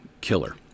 killer